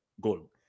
goal